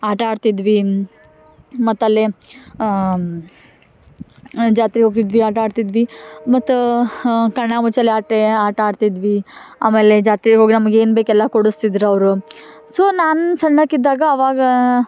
ಆಟ ಆಡ್ತಿದ್ವಿ ಮತ್ತು ಅಲ್ಲಿ ಜಾತ್ರೆಗೆ ಹೋಗ್ತಿದ್ವಿ ಆಟ ಆಡ್ತಿದ್ವಿ ಮತ್ತು ಕಣ್ಣಾ ಮುಚ್ಚಾಲೆ ಆಟ ಆಟ ಆಡ್ತಿದ್ವಿ ಆಮೇಲೆ ಜಾತ್ರೆಗೆ ಹೋಗಿ ನಮ್ಗೆ ಏನು ಬೇಕು ಎಲ್ಲ ಕೊಡಿಸ್ತಿದ್ರು ಅವರು ಸೊ ನಾನು ಸಣ್ಣಾಕಿ ಇದ್ದಾಗ ಆವಾಗ